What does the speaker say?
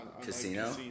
Casino